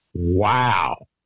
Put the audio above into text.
Wow